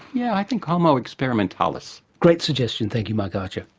yeah i think homo experimentalis. great suggestion, thank you mike archer.